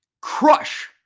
crush